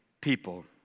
people